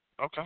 Okay